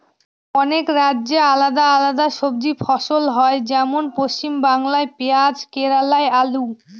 অনেক রাজ্যে আলাদা আলাদা সবজি ফসল হয়, যেমন পশ্চিমবাংলায় পেঁয়াজ কেরালায় আলু